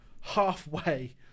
halfway